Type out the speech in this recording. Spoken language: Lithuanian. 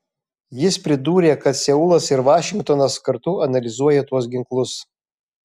jis pridūrė kad seulas ir vašingtonas kartu analizuoja tuos ginklus